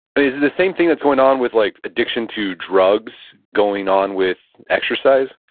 but is is the same thing that's going on with like addiction to drugs going on with exercise?